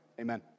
Amen